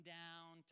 down